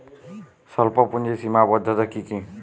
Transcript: স্বল্পপুঁজির সীমাবদ্ধতা কী কী?